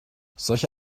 solche